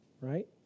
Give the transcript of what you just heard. right